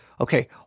Okay